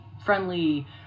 friendly